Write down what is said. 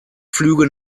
flüge